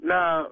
Now